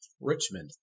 Richmond